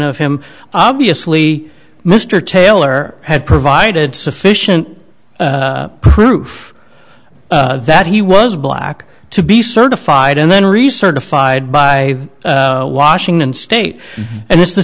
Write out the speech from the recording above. of him obviously mr taylor had provided sufficient proof that he was black to be certified and then recertified by washington state and it's the